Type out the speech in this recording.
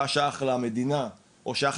להפחתת הזיהום וכו' וכו',